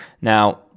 Now